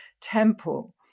temple